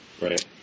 right